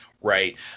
Right